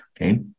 okay